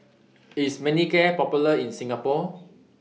IS Manicare Popular in Singapore